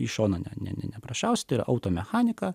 į šoną ne ne neprašausti automechanika